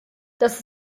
dass